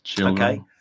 Okay